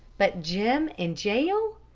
but jim in jail!